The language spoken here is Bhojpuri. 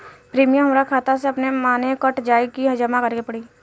प्रीमियम हमरा खाता से अपने माने कट जाई की जमा करे के पड़ी?